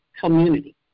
community